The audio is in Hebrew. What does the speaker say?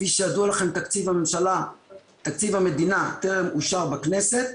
כפי שידוע לכם תקציב המדינה טרם אושר בכנסת.